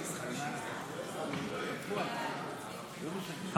תוספת תקציב לא נתקבלו.